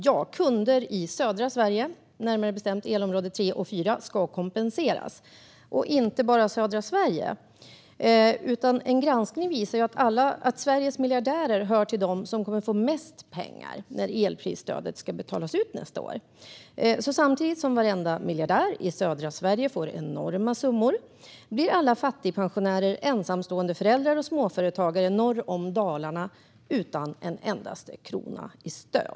Jo, kunder i södra Sverige, närmare bestämt elområde 3 och 4 ska kompenseras. Men det gäller inte bara södra Sverige. En granskning visar att Sveriges miljardärer hör till dem som kommer att få mest pengar när elprisstödet ska betalas ut nästa år. Samtidigt som varenda miljardär i södra Sverige får enorma summor blir alltså alla fattigpensionärer, ensamstående föräldrar och småföretagare norr om Dalarna utan en endaste krona i stöd.